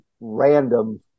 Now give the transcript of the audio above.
random